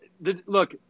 Look